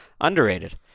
underrated